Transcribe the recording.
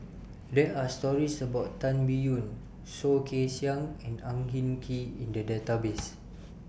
There Are stories about Tan Biyun Soh Kay Siang and Ang Hin Kee in The Database